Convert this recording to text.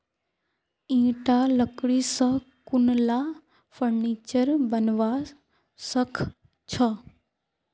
ईटा लकड़ी स कुनला फर्नीचर बनवा सख छ